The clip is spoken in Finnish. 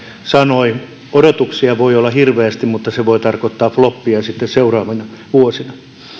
sanoi odotuksia voi olla hirveästi mutta se voi tarkoittaa floppia sitten seuraavina vuosina